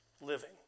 living